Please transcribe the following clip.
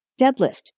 deadlift